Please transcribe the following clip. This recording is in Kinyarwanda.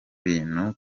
bintu